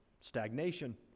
stagnation